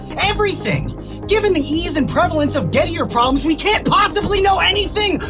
and everything given the ease and prevalence of gettier problems, we can't possibly know anything,